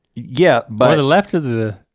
yeah, by the left of the